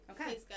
Okay